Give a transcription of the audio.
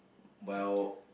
well